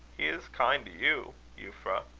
is kind to you, euphra.